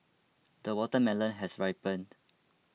the watermelon has ripened